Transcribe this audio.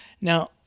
Now